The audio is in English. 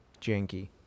janky